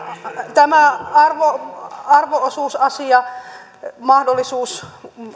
tämä arvo arvo osuusasia mahdollisuus